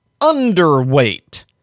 underweight